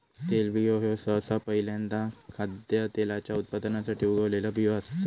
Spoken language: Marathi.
तेलबियो ह्यो सहसा पहील्यांदा खाद्यतेलाच्या उत्पादनासाठी उगवलेला बियो असतत